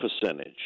percentage